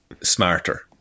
smarter